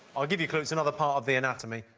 i'll give you a clue it's another part of the anatomy.